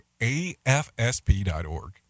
AFSP.org